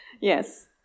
Yes